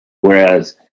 Whereas